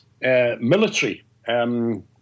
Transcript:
military